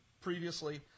previously